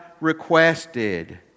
requested